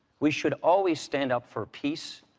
we should always stand up for peace,